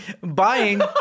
buying